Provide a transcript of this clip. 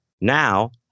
Now